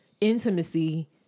intimacy